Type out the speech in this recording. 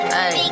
Hey